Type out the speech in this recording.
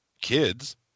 kids